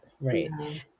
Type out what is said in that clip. right